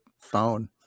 phone